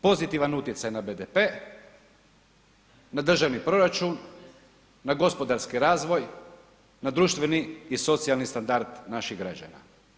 Pozitivan utjecaj na BDP, na državni proračun, na gospodarski razvoj, na društveni i socijalni standard naših građana.